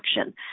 action